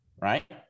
right